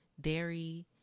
dairy